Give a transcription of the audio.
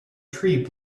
tree